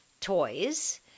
toys